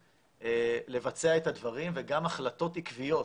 לבצע את הדברים וגם החלטות עקביות.